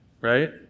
right